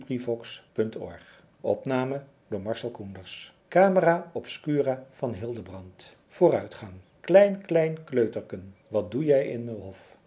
hildebrand vooruitgang klein klein kleuterken wat doe jij in